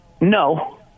no